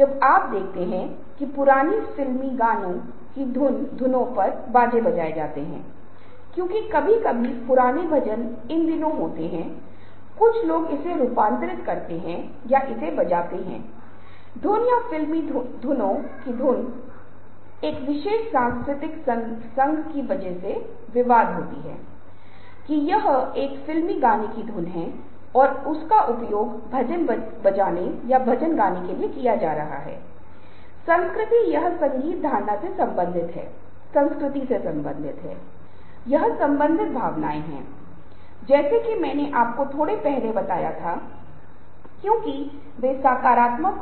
एक भावना यह है कि पुरुष और महिलाएं सामाजिक रूप से अलग अलग तरीकों से बातचीत करते हैं ऐसी भावना है कि पुरुष अधिक आक्रामक होते हैं और स्थिति पर ध्यान केंद्रित करते हैं उस तरह की चीज को पेश करने का प्रयास करते हैं जो उनका स्टेटस दिखाए जबकि महिलाएं संबंध बनाने का प्रयास करती हैं और यह भ्रामक